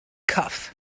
cough